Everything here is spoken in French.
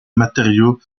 matériaux